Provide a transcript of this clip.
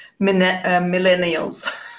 millennials